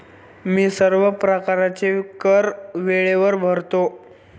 मी सर्व प्रकारचे कर वेळेवर भरतो